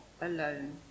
alone